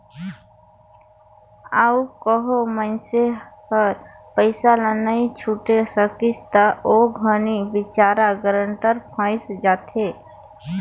अउ कहों मइनसे हर पइसा ल नी छुटे सकिस ता ओ घनी बिचारा गारंटर फंइस जाथे